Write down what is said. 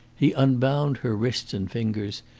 he unbound her wrists and fingers,